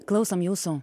klausom jūsų